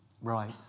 Right